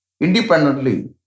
independently